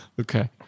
Okay